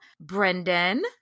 Brendan